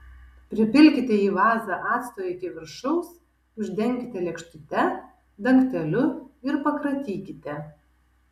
pripilkite į vazą acto iki viršaus uždenkite lėkštute dangteliu ir pakratykite